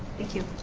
thank you